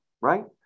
right